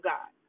God